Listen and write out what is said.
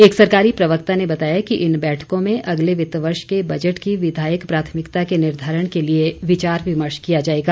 एक सरकारी प्रवक्ता ने बताया कि इन बैठकों में अगले वित्त वर्ष के बजट की विधायक प्राथमिकता के निर्धारण के लिए विचार विमर्श किया जाएगा